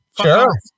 Sure